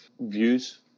views